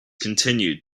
continued